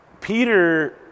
Peter